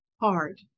hard